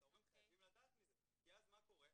ההורים חייבים לדעת מזה כי אז מה קורה?